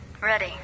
ready